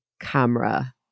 camera